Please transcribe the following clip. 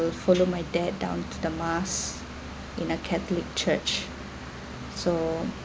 follow my dad down to the mass in a catholic church so